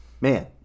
Man